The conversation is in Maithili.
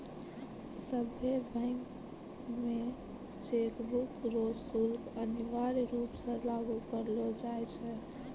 सभ्भे बैंक मे चेकबुक रो शुल्क अनिवार्य रूप से लागू करलो जाय छै